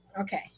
Okay